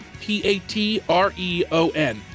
P-A-T-R-E-O-N